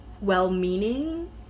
well-meaning